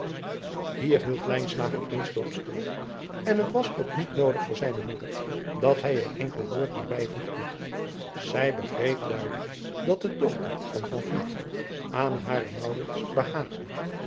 hier hield lijnslager eensklaps stil en het was ook niet noodig voor zijne moeder dat hij er een enkel woord meer bijvoegde zij begreep duidelijk dat de dochter van van vliet aan haren